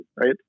right